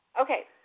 Okay